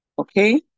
Okay